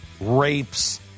rapes